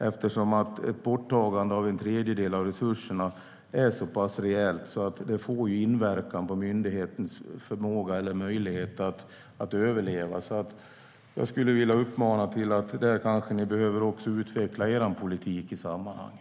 Ett borttagande av en tredjedel av resurserna är så pass rejält att det får inverkan på myndighetens möjlighet att överleva. Jag skulle vilja uppmana er att säga att ni kanske behöver utveckla er politik i det sammanhanget.